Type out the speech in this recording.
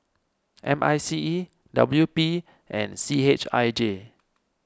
M I C E W P and C H I J